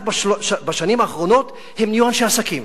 רק בשנים האחרונות הם נהיו אנשי עסקים.